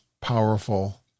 powerful